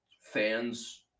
fans